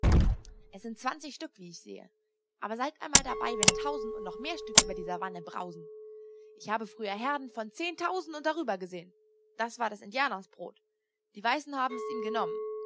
es sind zwanzig stück wie ich sehe aber seid einmal dabei wenn tausend und noch mehr stück über die savanne brausen ich habe früher herden von zehntausend und darüber gesehen das war des indianers brot die weißen haben es ihm genommen